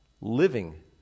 Living